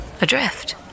Adrift